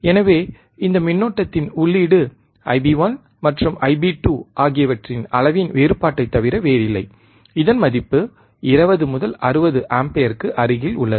எனவே இந்த மின்னோட்டத்தின் உள்ளீடு Ib1 மற்றும் Ib2 ஆகியவற்றின் அளவின் வேறுபாட்டைத் தவிர வேறில்லை இதன் மதிப்பு 20 முதல் 60 ஆம்பியருக்கு அருகில் உள்ளது